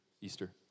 Easter